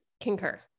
concur